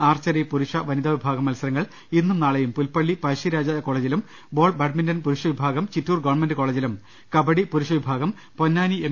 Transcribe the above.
archery പുരുഷ വനിതാ വിഭാഗം മത്സരങ്ങൾ ഇന്നും നാളെയും പുൽപ്പള്ളി പഴശ്ശിരാജാ കോളജിലും ബോൾ ബാഡ്മിന്റൺ പുരുഷ വിഭാഗം ചിറ്റൂർ ഗവൺമെന്റ് കോളജിലും കബഡി പുരുഷ വിഭാഗം പൊന്നാനി എം